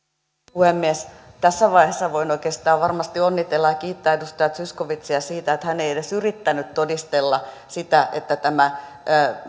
puhemies tässä vaiheessa voin oikeastaan varmasti onnitella ja kiittää edustaja zyskowiczia siitä että hän ei edes yrittänyt todistella sitä että tämä